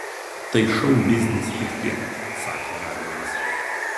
tai šou biznis ir tiek sakė radvilas